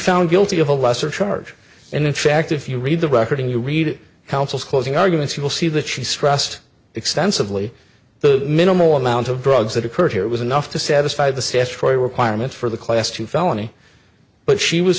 found guilty of a lesser charge and in fact if you read the record and you read counsel's closing arguments you will see that she stressed extensively the minimal amount of drugs that occurred here was enough to satisfy the statutory requirements for the class two felony but she was